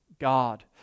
God